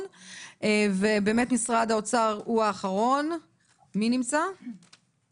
הזה ובאמת עכשיו נעבור למשרד האוצר שהוא האחרון והוא נוכח או בזום?